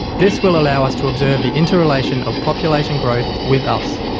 this will allow us to observe the interrelation of population growth with us.